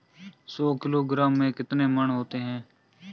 सौ किलोग्राम में कितने मण होते हैं?